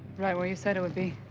right where you said it would be.